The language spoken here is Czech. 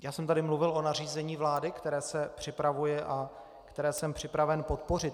Já jsem tady mluvil o nařízení vlády, které se připravuje a které jsem připraven podpořit.